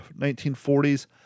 1940s